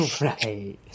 Right